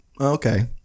Okay